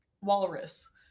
walrus